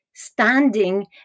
Standing